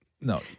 No